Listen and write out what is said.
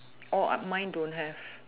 oh mine don't have